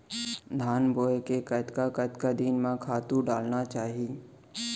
धान बोए के कतका कतका दिन म खातू डालना चाही?